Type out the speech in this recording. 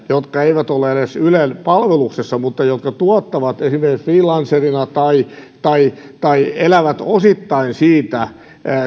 jotka eivät ole edes ylen palveluksessa mutta jotka tuottavat esimerkiksi freelancerina tai tai elävät osittain siitä